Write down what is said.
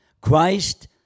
Christ